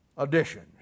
editions